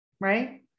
right